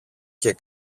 και